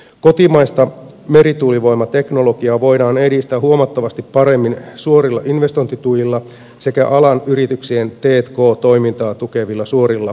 kotimaista merituulivoimateknologiaa voidaan edistää huomattavasti paremmin suorilla investointituilla sekä alan yrityksien t k toimintaa tukevilla suorilla yritystuilla